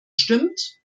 stimmt